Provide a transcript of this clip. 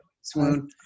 swoon